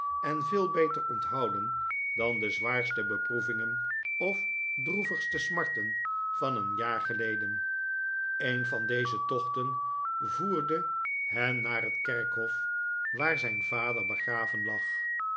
en veel beter onthouden dan de zwaarste beproevingen of droevigste smarten van een jaar geleden een van deze tochten voerde hen naar het kerkhof waar zijn vader begraven lag